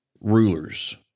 rulers